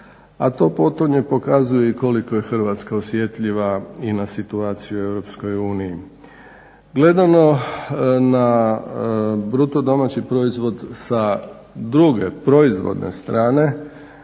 A to potonje pokazuje i koliko je Hrvatska osjetljiva i na situaciju u EU. Gledano na BDP sa druge, proizvodne strane